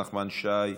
נחמן שי,